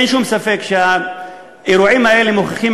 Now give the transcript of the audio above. אין שום ספק שהאירועים האלה מוכיחים